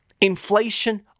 Inflation